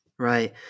Right